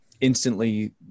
instantly